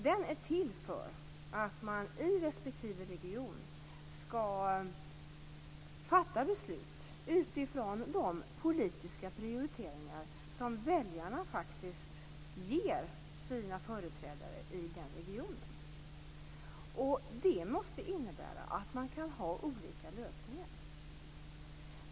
Den är till för att man i respektive region skall fatta beslut utifrån de politiska prioriteringar som väljarna ger sina företrädare i regionen. Det måste innebära att man kan ha olika lösningar.